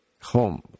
home